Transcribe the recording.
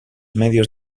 medios